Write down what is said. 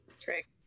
trick